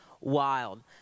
wild